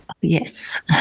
Yes